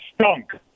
stunk